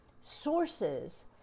sources